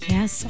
Yes